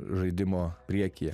žaidimo priekyje